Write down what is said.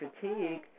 fatigue